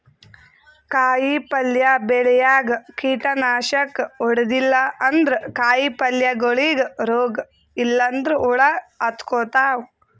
ಕಾಯಿಪಲ್ಯ ಬೆಳ್ಯಾಗ್ ಕೀಟನಾಶಕ್ ಹೊಡದಿಲ್ಲ ಅಂದ್ರ ಕಾಯಿಪಲ್ಯಗೋಳಿಗ್ ರೋಗ್ ಇಲ್ಲಂದ್ರ ಹುಳ ಹತ್ಕೊತಾವ್